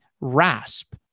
RASP